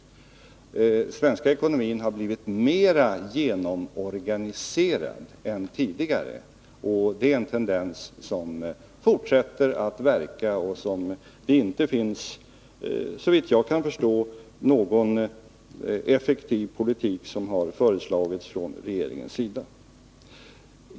Den svenska ekonomin har blivit mer genomorganiserad än tidigare, och det är en tendens som fortsätter att verka och som det — såvitt jag kan förstå — inte från regeringens sida föreslagits någon effektiv politik emot.